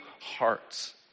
hearts